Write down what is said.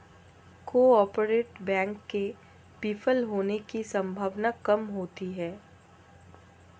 cooperative bank के विफल होने की सम्भावना काम होती है